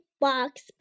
box